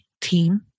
team